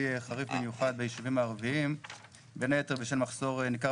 חריף במיוחד בישובים הערביים בין היתר בשל מחסור ניכר